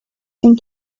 and